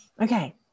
Okay